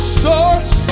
source